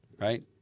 right